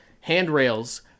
handrails